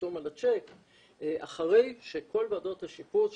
לחתום על הצ'ק אחרי שכל ועדות השיפוט,